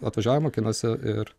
atvažiuoja mokinasi ir